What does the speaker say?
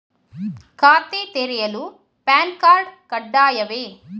ಖಾತೆ ತೆರೆಯಲು PAN card ಕಡ್ಡಾಯವೇ?